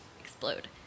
explode